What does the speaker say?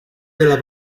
della